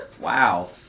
Wow